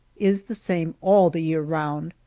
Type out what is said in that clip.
is the same all the year round,